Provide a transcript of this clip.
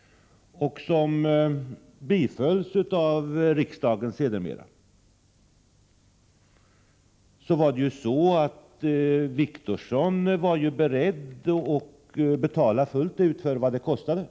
— vilken sedermera bifölls av riksdagen, var han i motsats till dagens förslag beredd att fullt ut betala vad det skulle kosta.